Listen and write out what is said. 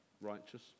righteous